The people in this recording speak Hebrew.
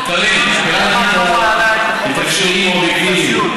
קארין מעלה נושא כל כך רגיש,